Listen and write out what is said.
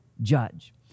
judge